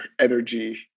energy